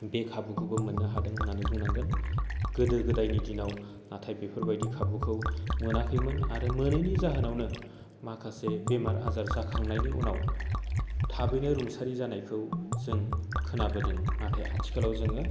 बे खाबुखौबो मोन्नो हादों होन्नानै बुंनांगोन गोदो गोदायनि दिनाव नाथाइ बेफोरबायदि खाबुखौ मोनाखैमोन आरो मोनैनि जाहोनावनो माखासे बेमार आजार जाखांनायनि उनाव थाबैनो रुंसारि जानायखौ जों खोनाबोदों नाथाइ आथिखालाव जोङो